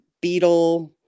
beetle